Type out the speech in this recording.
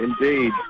Indeed